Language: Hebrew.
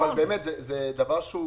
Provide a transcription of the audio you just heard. זה דבר שהוא